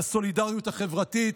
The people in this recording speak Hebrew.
לסולידריות החברתית,